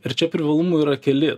ir čia privalumų yra keli